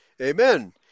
Amen